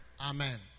Amen